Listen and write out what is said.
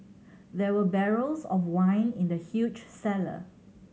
there were barrels of wine in the huge cellar